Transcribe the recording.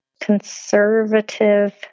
Conservative